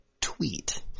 tweet